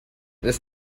this